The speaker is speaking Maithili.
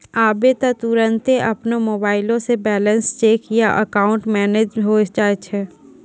आबै त तुरन्ते अपनो मोबाइलो से बैलेंस चेक या अकाउंट मैनेज होय जाय छै